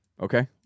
Okay